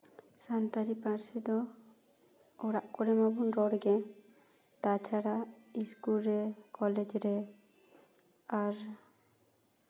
ᱥᱟᱱᱛᱟᱞᱤ ᱯᱟᱹᱨᱥᱤ ᱫᱚ ᱚᱲᱟᱜ ᱠᱚᱨᱮ ᱢᱟᱵᱚᱱ ᱨᱚᱲ ᱜᱮ ᱛᱟᱪᱷᱟᱲᱟ ᱥᱠᱩᱞ ᱨᱮ ᱠᱚᱞᱮᱡᱽ ᱨᱮ ᱟᱨ